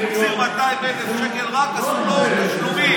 החזיר 200,000 שקל, רק עשו לו בתשלומים.